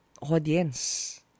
audience